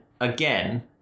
again